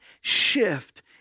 shift